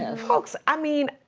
and folks, i mean,